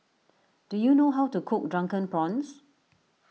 do you know how to cook Drunken Prawns